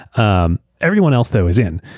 um everyone else though is in.